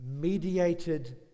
mediated